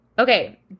Okay